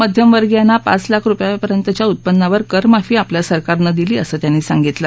मध्यमवर्गियाना पाच लाख रुपयापर्यंतच्या उत्पन्नावर करमाफी आपल्या सरकारन दिली असं त्यांनी सांगितलं